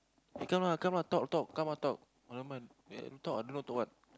eh come ah come ah talk talk come ah talk Rahman wait I don't know talk what